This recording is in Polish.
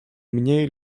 mniej